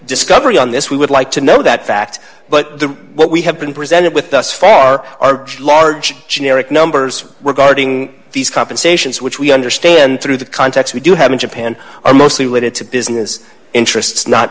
discovery on this we would like to know that fact but the what we have been presented with thus far are large generic numbers were guarding these compensations which we understand through the contacts we do have in japan are mostly related to business interests not